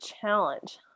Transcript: challenge